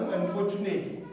unfortunately